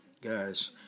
Guys